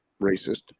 Racist